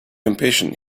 impatient